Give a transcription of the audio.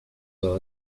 well